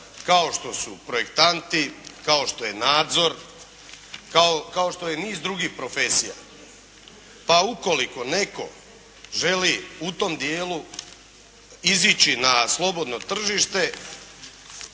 kao što su projektanti, kao što je nadzor, kao što je niz drugih profesija. Pa ukoliko netko želi u tom dijelu izići na slobodno tržište,